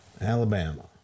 Alabama